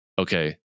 Okay